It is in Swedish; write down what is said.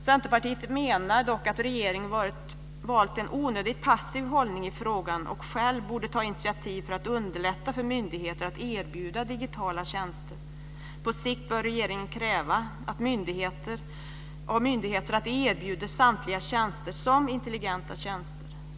Centerpartiet anser dock att regeringen valt en onödigt passiv hållning i frågan och att regeringen själv borde ta initiativ för att underlätta för myndigheter att erbjuda digitala tjänster. På sikt bör regeringen kräva av myndigheter att de erbjuder samtliga tjänster som intelligenta tjänster.